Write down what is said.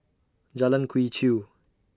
Jalan Quee Chew